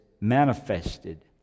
manifested